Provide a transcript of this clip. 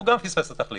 הוא גם פספס את התכלית.